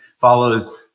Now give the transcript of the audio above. follows